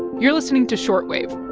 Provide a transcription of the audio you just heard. you're listening to short wave